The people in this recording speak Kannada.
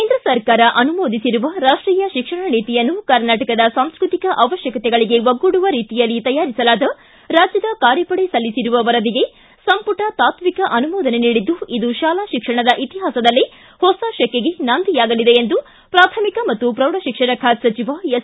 ಕೇಂದ್ರ ಸರ್ಕಾರ ಅನುಮೋದಿಸಿರುವ ರಾಷ್ಟೀಯ ಶಿಕ್ಷಣ ನೀತಿಯನ್ನು ಕರ್ನಾಟಕದ ಸಾಂಸ್ಕೃತಿಕ ಅವಶ್ಯಕತೆಗಳಿಗೆ ಒಗ್ಗೂಡುವ ರೀತಿಯಲ್ಲಿ ತಯಾರಿಸಲಾದ ರಾಜ್ಯದ ಕಾರ್ಯಪಡೆ ಸಲ್ಲಿಸಿರುವ ವರದಿಗೆ ಸಂಪುಟ ತಾತ್ವಿಕ ಅನುಮೋದನೆ ನೀಡಿದ್ದು ಇದು ಶಾಲಾ ಶಿಕ್ಷಣದ ಇತಿಹಾಸದಲ್ಲೇ ಹೊಸ ಶಕೆಗೆ ನಾಂದಿಯಾಗಲಿದೆ ಎಂದು ಪ್ರಾಥಮಿಕ ಮತ್ತು ಪ್ರೌಢಶಿಕ್ಷಣ ಖಾತೆ ಸಚಿವ ಎಸ್